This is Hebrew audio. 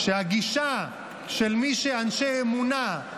שהגישה של מי שהם אנשי אמונה,